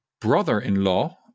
brother-in-law